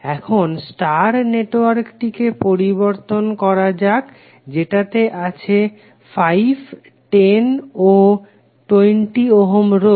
এখন স্টার নেটওয়ার্কটিকে পরিবর্তন করা যাক যেটাতে আছে 5 - 10 ও 20 ওহম রোধ